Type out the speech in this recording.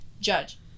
Judge